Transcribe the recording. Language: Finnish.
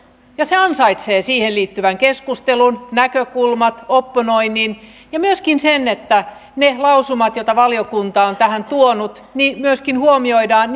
ja se ansaitsee siihen liittyvän keskustelun näkökulmat opponoinnin ja myöskin sen että ne lausumat joita valiokunta on tähän tuonut myöskin huomioidaan